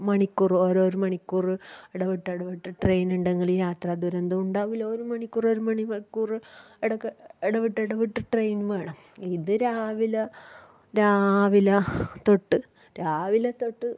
മണിക്കൂറ് ഓരോരോ മണിക്കൂറ് ഇടവിട്ട് ഇടവിട്ട് ട്രെയിന് ഉണ്ടെങ്കിൽ യാത്ര ദുരന്തമുണ്ടാകില്ല ഒരു മണിക്കൂറ് ഒരുമണിക്കൂറ് ഇടക്ക് ഇടവിട്ടെടവിട്ട് ട്രെയിൻ വേണം ഇത് രാവില രാവില തൊട്ട് രാവിലെ തൊട്ട്